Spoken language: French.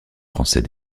français